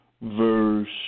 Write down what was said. verse